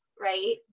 right